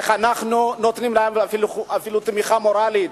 איך אנחנו נותנים להם אפילו תמיכה מורלית,